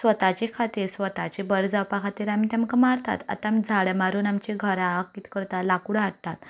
स्वताचे खातीर स्वताचें बरें जावपा खातीर आमी तेमकां मारतात आतां आमी झाडां मारून आमच्या घराक कितें करता लाकूड हाडटात